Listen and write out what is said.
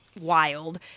wild